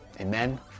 amen